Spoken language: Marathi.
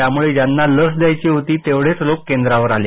त्यामुळे ज्यांना लस द्यायची होती तेवढेच लोक केंद्रावर आले